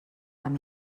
amb